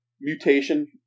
mutation